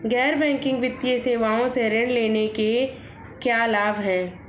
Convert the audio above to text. गैर बैंकिंग वित्तीय सेवाओं से ऋण लेने के क्या लाभ हैं?